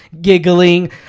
giggling